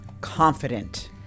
confident